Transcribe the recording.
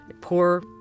poor